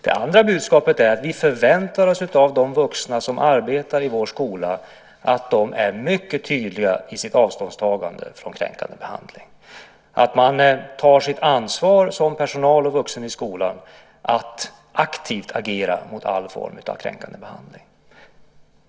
Det andra budskapet är att vi förväntar oss av de vuxna som arbetar i vår skola att de är mycket tydliga i sitt avståndstagande när det gäller kränkande behandling och att man tar sitt ansvar som personal och vuxen i skolan att aktivt agera mot all form av kränkande behandling.